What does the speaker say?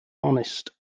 honest